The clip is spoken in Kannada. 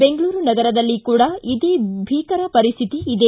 ದೆಂಗಳೂರು ನಗರದಲ್ಲಿ ಕೂಡ ಇದೇ ಭೀಕರ ಪರಿಸ್ಥಿತಿ ಇದೆ